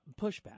pushback